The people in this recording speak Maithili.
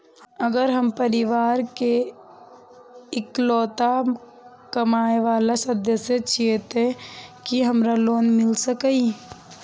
अगर हम परिवार के इकलौता कमाय वाला सदस्य छियै त की हमरा लोन मिल सकीए?